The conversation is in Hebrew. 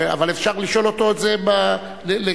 אבל אפשר לשאול אותו את זה, לקיים,